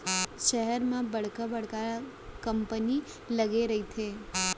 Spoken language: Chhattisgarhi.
सहर म बड़का बड़का कंपनी लगे रहिथे